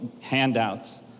handouts